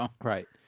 Right